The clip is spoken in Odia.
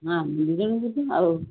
ଆମେ ଦୁଇ ଜଣ ଯିବା ଆଉ